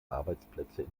arbeitsplätze